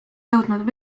jõudnud